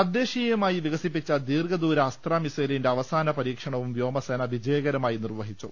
തദ്ദേശീയമായി വികസിപ്പിച്ച ദീർഘദൂര അസ്ത്ര മിസൈലിന്റെ അവസാന പരീക്ഷണവും വ്യോമസേന വിജയകരമായി നിർവഹിച്ചു